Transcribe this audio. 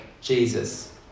Jesus